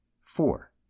Four